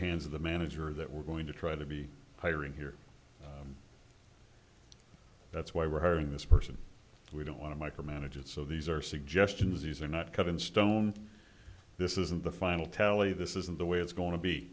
hands of the manager that we're going to try to be hiring here that's why we're having this person we don't want to micromanage it so these are suggestions these are not cut in stone this isn't the final tally this isn't the way it's going to be